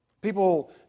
People